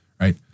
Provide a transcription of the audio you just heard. right